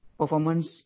performance